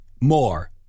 more